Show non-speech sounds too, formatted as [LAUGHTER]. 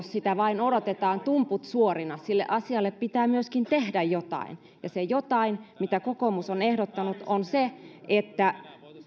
[UNINTELLIGIBLE] sitä vain odotetaan tumput suorina sille asialle pitää myöskin tehdä jotain ja se jotain mitä kokoomus on ehdottanut on se että